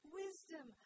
wisdom